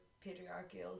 patriarchal